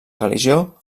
religió